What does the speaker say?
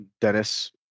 Dennis